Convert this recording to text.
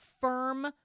firm